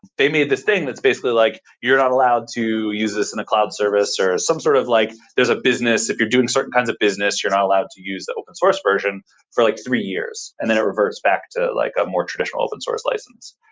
they made thing that's basically like you're not allowed to use in a cloud service or some sort of like there's a business. if you're doing certain kinds of business, you're not allowed to use the open source version for like three years, and then it reverts back to like a more traditional open source license.